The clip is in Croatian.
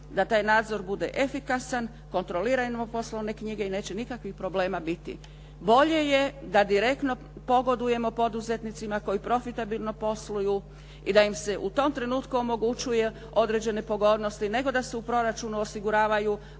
da taj nadzor bude efikasan, kontrolirajmo poslovne knjige i neće nikakvih problema biti. Bolje je da direktno pogodujemo poduzetnicima koji profitabilno posluju i da im se u tom trenutku omogućuje određene pogodnosti, nego da se u proračunu osiguravaju